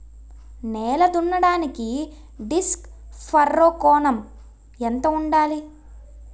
నేల దున్నడానికి disc furrow కోణం ఎంత ఉండాలి?